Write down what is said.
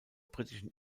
britischen